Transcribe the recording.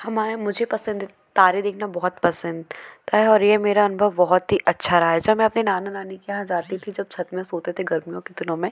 हमारे मुझे पसंद है तारे देखना बहुत पसंद है और ये मेरा अनुभव बहुत ही अच्छा रहा है जब मैं अपने नाना नानी के यहाँ जाती थी जब छत्त में सोते थे गर्मियों के दिनों में